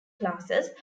classes